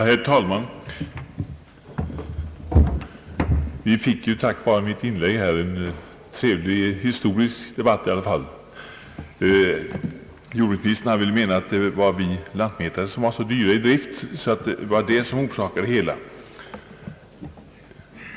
Herr talman! Tack vare mitt inlägg fick vi i alla fall en trevlig historieskrivning. Jordbruksministern anser allting bero på att vi lantmätare är så dyra.